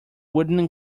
wooden